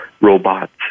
robots